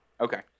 Okay